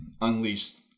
unleashed